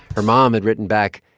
her mom had written back,